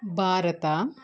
Bharat